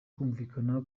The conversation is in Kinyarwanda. kumvikana